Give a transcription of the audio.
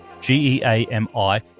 G-E-A-M-I